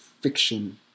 fiction